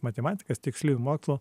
matematikos tiksliųjų mokslų